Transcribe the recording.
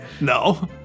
No